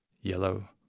Yellow